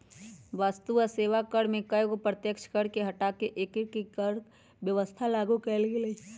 वस्तु आ सेवा कर में कयगो अप्रत्यक्ष कर के हटा कऽ एकीकृत कर व्यवस्था लागू कयल गेल हई